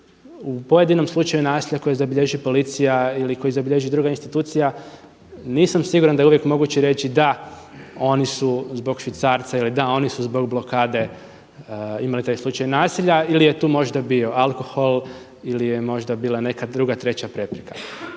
U pojedinom slučaju nasilja koje zabilježi policija ili koje zabilježi druga institucija, nisam siguran da je uvijek moguće reći da oni su zbog švicarca, da oni su zbog blokade imali taj slučaj nasilja ili je tu možda bio alkohol ili je možda bila neka druga, treća prepreka.